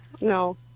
no